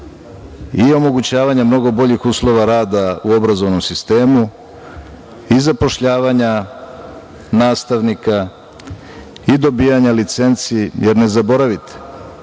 i omogućavanje mnogo boljih uslova rada u obrazovnom sistemu, i zapošljavanja nastavnika i dobijanja licenci, jer ne zaboravite